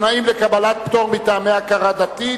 תנאים לקבלת פטור מטעמי הכרה דתית),